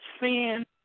sin